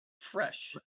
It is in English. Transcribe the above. fresh